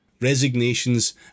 resignations